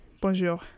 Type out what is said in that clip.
bonjour